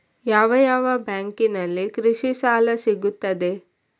ಯಾವ ಯಾವ ಬ್ಯಾಂಕಿನಲ್ಲಿ ಕೃಷಿ ಸಾಲ ಸಿಗುತ್ತದೆ?